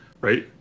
right